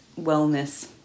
wellness